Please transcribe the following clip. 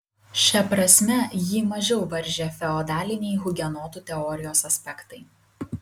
šia prasme jį mažiau varžė feodaliniai hugenotų teorijos aspektai